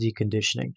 deconditioning